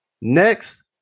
Next